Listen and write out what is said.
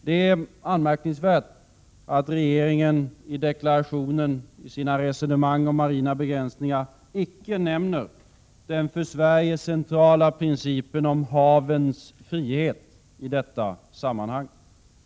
Det är anmärkningsvärt att regeringen i deklarationen, i sina resonemang om marina begränsningar, icke nämner den för Sverige centrala principen om havens frihet.